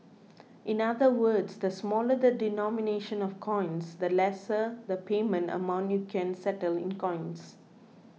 in other words the smaller the denomination of coins the lesser the payment amount you can settle in coins